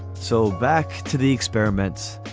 so back to the experiments.